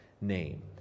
name